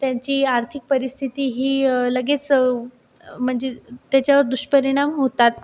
त्यांची आर्थिक परिस्थिती ही लगेच म्हणजे त्याच्यावर दुष्परिणाम होतात